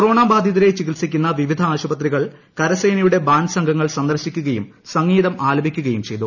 corona ബാധിതരെ ചികിത്സിക്കുന്ന വിവിധ ആശുപത്രികൾ കരസേനയുടെ ബാൻഡ് സംഘങ്ങൾ സന്ദർശി ക്കുകയും സംഗീതം ആലപിക്കുകയും ചെയ്തു